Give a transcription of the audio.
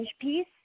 piece